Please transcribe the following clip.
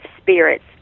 spirits